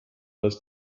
das